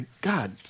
God